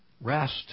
Rest